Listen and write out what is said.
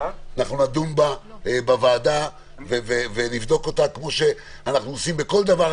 אנחנו נדון בה בוועדה ונבדוק אותה כמו שאנחנו בודקים כל נושא,